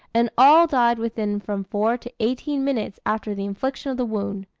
and all died within from four to eighteen minutes after the infliction of the wound.